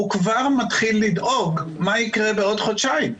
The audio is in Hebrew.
הוא כבר מתחיל לדאוג מה יקרה בעוד חודשיים,